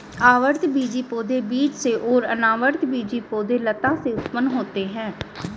आवृतबीजी पौधे बीज से और अनावृतबीजी पौधे लता से उत्पन्न होते है